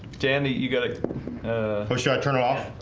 dandy you got ah pushed should i turn off